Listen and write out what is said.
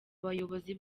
bayobozi